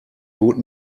would